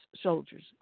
soldiers